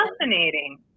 Fascinating